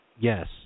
yes